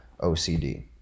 OCD